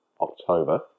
October